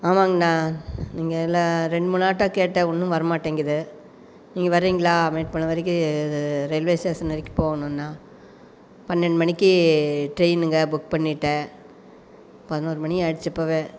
ஆமாங்கண்ணா இங்கே எல்லாம் ரெண்டுமூண் ஆட்டோ கேட்டேன் ஒன்றும் வரமாட்டேங்குது நீங்கள் வரீங்களா மேட்டுப்பாளையம் வரைக்கும் ரயில்வே ஸ்டேஷன் வரைக்கும் போகணும்ண்ணா பன்னெண்டு மணிக்கு ட்ரெயினுங்க புக் பண்ணிட்டேன் பதினொரு மணி ஆயிடுச்சு இப்போவே